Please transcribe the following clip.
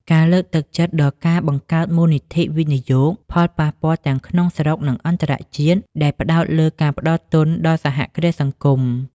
ការលើកទឹកចិត្តដល់ការបង្កើតមូលនិធិវិនិយោគផលប៉ះពាល់ទាំងក្នុងស្រុក និងអន្តរជាតិ ដែលផ្តោតលើការផ្តល់ទុនដល់សហគ្រាសសង្គម ។